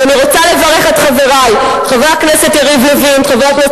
ואני רוצה לברך את חברי חבר הכנסת יריב לוין וחבר הכנסת